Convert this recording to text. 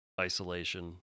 isolation